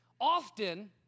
Often